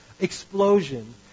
Explosion